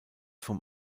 vom